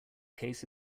case